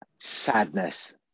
sadness